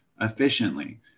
efficiently